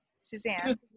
Suzanne